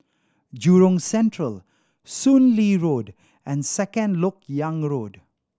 Jurong Central Soon Lee Road and Second Lok Yang Road